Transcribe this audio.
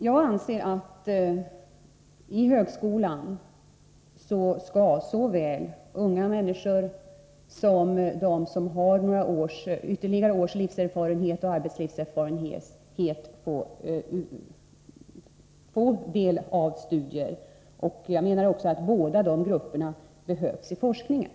Jag anser att såväl unga människor som de som har ytterligare några års livserfarenhet och arbetslivserfarenhet skall få studera vid högskolan. Jag menar också att båda dessa grupper behövs i forskningen.